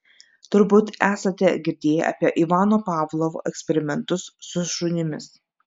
turbūt esate girdėję apie ivano pavlovo eksperimentus su šunimis